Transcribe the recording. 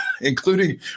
including